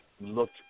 looked